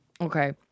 Okay